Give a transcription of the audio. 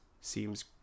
seems